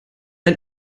ein